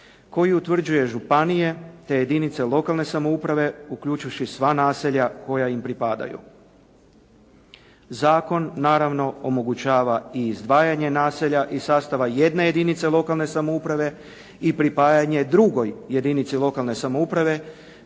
koji utvrđuje županije te jedinice lokalne samouprave, uključivši sva naselja koja im pripadaju. Zakon naravno omogućava i izdvajanje naselja iz sastava jedne jedinice lokalne samouprave i pripajanje drugoj jedinici lokalne samouprave